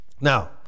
Now